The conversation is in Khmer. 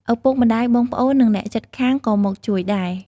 ឪពុកម្ដាយ បងប្អូន និងអ្នកជិតខាងក៏មកជួយដែរ។